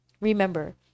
Remember